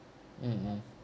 mm